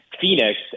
Phoenix